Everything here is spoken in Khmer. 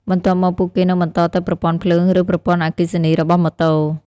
បន្ទាប់មកពួកគេនឹងបន្តទៅប្រព័ន្ធភ្លើងឬប្រព័ន្ធអគ្គិសនីរបស់ម៉ូតូ។